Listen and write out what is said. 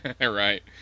Right